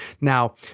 Now